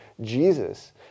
Jesus